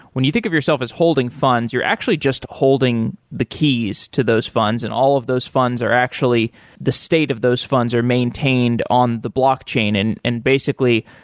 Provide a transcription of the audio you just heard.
when you think of yourself as holding funds, you're actually just holding the keys to those funds and all of those funds are actually the state of those funds are maintained on the blockchain. and and basically,